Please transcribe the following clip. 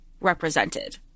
represented